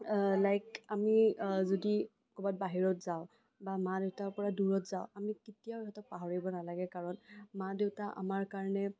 like আমি যদি ক'ৰবাত বাহিৰত যাওঁ বা মা দেউতাৰ পৰা দূৰত যাওঁ আমি কেতিয়াও সিহঁতক পাহৰিব নালাগে কাৰণ মা দেউতা আমাৰ কাৰণে